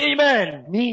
Amen